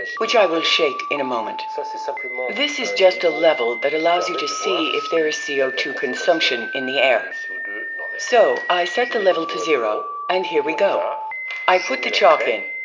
which i will shake in a moment. so so this is just a level that allows you to see if there is c o two consumption in the air. so, so i set the level to zero, and here we go. um i put the chalk in,